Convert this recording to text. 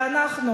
ואנחנו,